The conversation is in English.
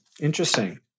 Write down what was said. Interesting